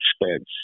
expense